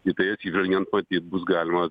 į tai atsižvelgiant matyt bus galima